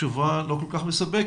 תשובה לא כל כך מספקת,